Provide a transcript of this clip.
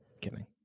kidding